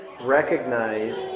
recognize